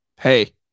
hey